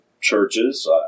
churches